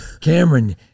Cameron